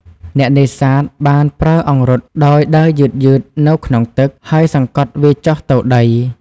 អ្នកនេសាទបានប្រើអង្រុតដោយដើរយឺតៗនៅក្នុងទឹក ហើយសង្កត់វាចុះទៅដី។